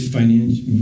financial